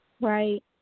Right